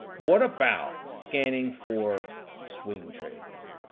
what about scanning for swing trades.